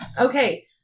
Okay